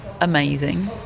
amazing